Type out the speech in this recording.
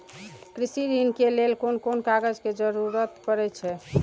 कृषि ऋण के लेल कोन कोन कागज के जरुरत परे छै?